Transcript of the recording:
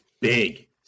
Big